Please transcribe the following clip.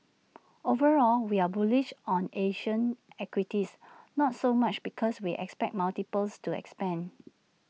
overall we are bullish on Asian equities not so much because we expect multiples to expand